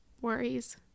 worries